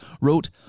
wrote